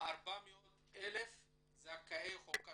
400,000 זכאי חוק השבות.